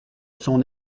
son